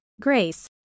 Grace